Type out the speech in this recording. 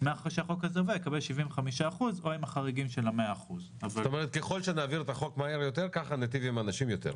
לאחר שהחוק הזה עובר הוא יקבל 75% למעט החריגים של 100%. ככל שנעביר את החוק מהר יותר כך ניטיב עם אנשים יותר.